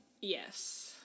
Yes